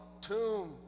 tomb